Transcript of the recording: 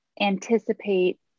anticipate